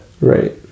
Right